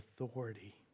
authority